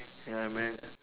ya man